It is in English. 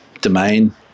domain